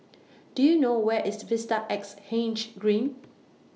Do YOU know Where IS Vista Exhange Green